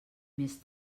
més